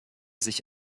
sich